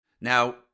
Now